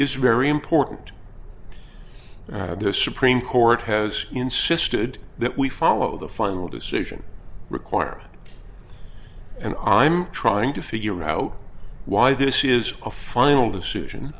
is very important the supreme court has insisted that we follow the final decision requirement and i'm trying to figure out why this is a final decision